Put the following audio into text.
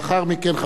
לאחר מכן,